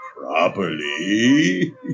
properly